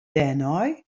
dêrnei